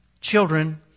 children